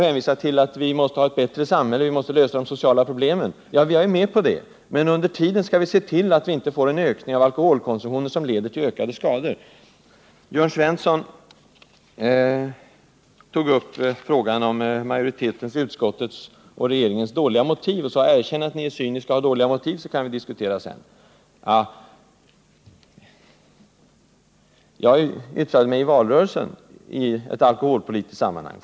Man säger att vi måste ha ett bättre samhälle vi måste lösa de sociala problemen. Ja, jag är med på det. Men under tiden skall vi se till att vi inte får en ökning av alkoholkonsumtionen som leder till ökade skador. Jörn Svensson tog upp utskottsmajoritetens och regeringens förment dåliga motiv och sade: Erkänn att ni har cyniska och dåliga motiv, så kan vi diskutera sedan! Jag yttrade mig i valrörelsen i ett alkoholpolitiskt sammanhang.